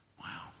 wow